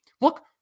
look